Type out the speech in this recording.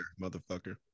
motherfucker